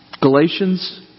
Galatians